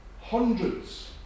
Hundreds